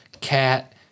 Cat